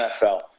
NFL